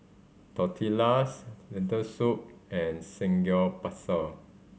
Tortillas Lentil Soup and Samgeyopsal